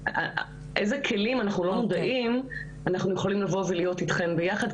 איזה כלים אנחנו יכולים לבוא ולהיות אתכם ביחד,